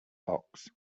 box